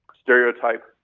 stereotype